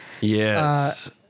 Yes